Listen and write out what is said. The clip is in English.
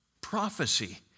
prophecy